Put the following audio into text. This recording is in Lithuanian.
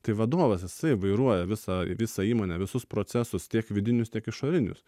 tai vadovas jisai vairuoja visą visą įmonę visus procesus tiek vidinius tiek išorinius